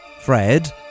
Fred